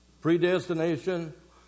predestination